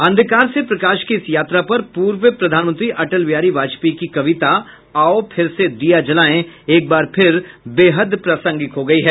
अंधकार से प्रकाश की इस यात्रा पर पूर्व प्रधानमंत्री अटल बिहारी वाजपेयी की कविता आओ फिर से दीया जलाएं एक बार फिर बेहद प्रासंगिक हो गई है